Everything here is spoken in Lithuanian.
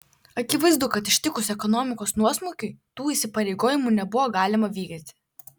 akivaizdu kad ištikus ekonomikos nuosmukiui tų įsipareigojimų nebuvo galima vykdyti